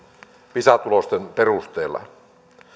pisa tulosten perusteella